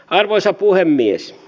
arvoisa puhemies